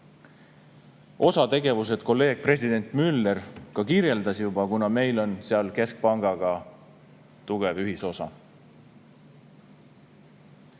Osa tegevusi kolleeg president Müller ka juba kirjeldas, kuna meil on seal keskpangaga tugev ühisosa.